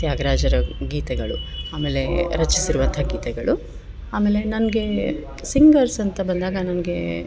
ತ್ಯಾಗರಾಜರ ಗೀತೆಗಳು ಆಮೇಲೆ ರಚಿಸಿರುವಂಥ ಗೀತೆಗಳು ಆಮೇಲೆ ನನಗೆ ಸಿಂಗರ್ಸ್ ಅಂತ ಬಂದಾಗ ನನಗೆ